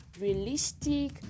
realistic